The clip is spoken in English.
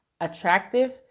Attractive